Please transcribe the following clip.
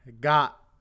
got